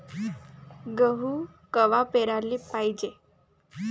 गहू कवा पेराले पायजे?